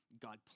God